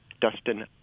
Dustin